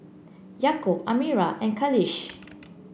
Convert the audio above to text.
Yaakob Amirah and Khalish